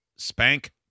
Spank